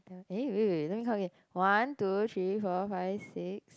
eh wait wait let me count again one two three four five six